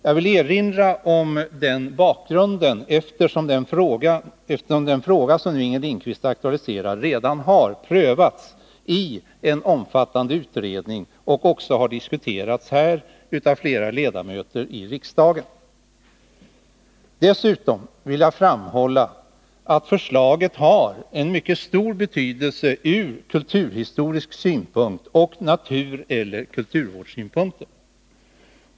Jag vill erinra om den bakgrunden, eftersom den fråga som Inger Lindquist nu aktualiserar redan har prövats av en omfattande utredning och också har diskuterats här av flera ledamöter i riksdagen. Dessutom vill jag framhålla att förslaget har en mycket stor betydelse ur kulturhistorisk synpunkt och naturoch kulturvårdssynpunkter.